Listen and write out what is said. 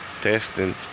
testing